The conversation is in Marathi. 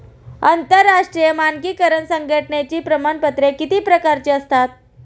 आंतरराष्ट्रीय मानकीकरण संघटनेची प्रमाणपत्रे किती प्रकारची असतात?